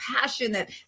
passionate